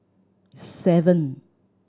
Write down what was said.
seven